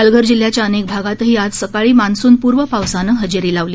पालघर जिल्ह्याच्या अनेक भागांतही आज सकाळी मान्सून पूर्व पावसानं हजेरी लावली